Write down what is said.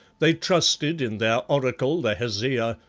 they trusted in their oracle, the hesea,